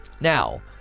Now